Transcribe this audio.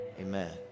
Amen